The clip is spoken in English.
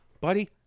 Buddy